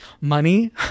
money